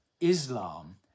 Islam